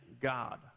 god